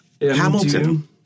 Hamilton